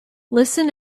listen